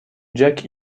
jack